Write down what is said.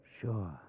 Sure